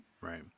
Right